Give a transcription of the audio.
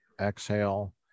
exhale